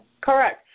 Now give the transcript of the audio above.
Correct